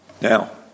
Now